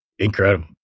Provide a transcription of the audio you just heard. Incredible